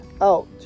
out